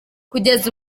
kugeza